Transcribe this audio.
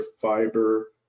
fiber